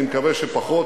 אני מקווה שפחות.